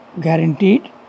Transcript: Guaranteed